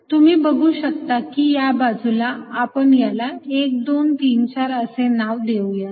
तुम्ही बघू शकता की या बाजूला आपण याला 1 2 3 4 असे नाव देऊयात